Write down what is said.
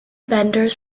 vendors